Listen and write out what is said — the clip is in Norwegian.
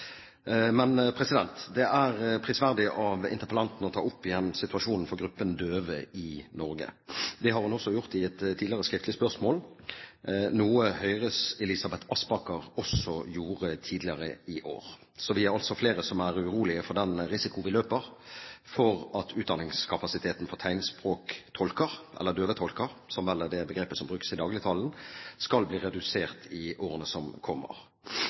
Det er prisverdig av interpellanten å ta opp igjen situasjonen for gruppen døve i Norge. Det har hun også gjort tidligere, i et skriftlig spørsmål, og Høyres Elisabeth Aspaker gjorde det tidligere i år. Så vi er altså flere som er urolige for den risikoen vi løper for at utdanningskapasiteten for tegnspråktolker, eller døvetolker, som vel er det begrepet som brukes i dagligtalen, skal bli redusert i årene som kommer.